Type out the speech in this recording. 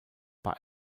bei